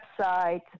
website